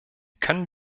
können